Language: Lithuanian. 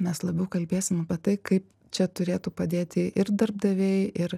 mes labiau kalbėsim apie tai kaip čia turėtų padėti ir darbdaviai ir